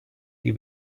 die